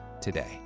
today